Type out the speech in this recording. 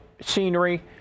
scenery